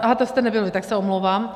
Aha, to jste nebyl vy, tak se omlouvám.